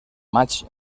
maig